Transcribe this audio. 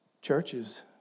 Churches